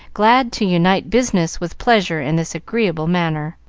glad to unite business with pleasure in this agreeable manner.